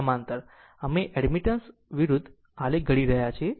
સમાંતર અમે admittance us વિરુદ્ધ આલેખ ઘડી રહ્યા છીએ